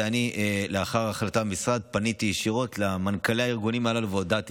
לאחר החלטה במשרד פניתי ישירות למנכ"לי הארגונים הללו והודעתי